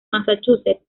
massachusetts